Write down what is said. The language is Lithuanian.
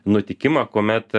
nutikimą kuomet